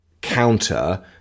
counter